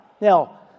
Now